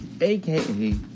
aka